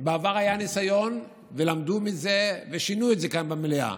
בעבר היה ניסיון ולמדו מזה ושינו את זה כאן במליאה,